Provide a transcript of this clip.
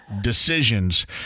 decisions